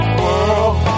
world